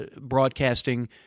broadcasting